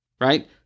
Right